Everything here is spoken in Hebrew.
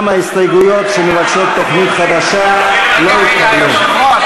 גם ההסתייגויות שמבקשות תוכנית חדשה לא התקבלו.